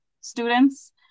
students